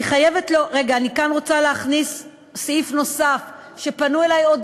אני כאן רוצה להכניס סעיף נוסף: פנו אלי עוד